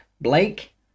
Blake